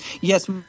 Yes